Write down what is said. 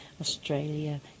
Australia